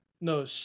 no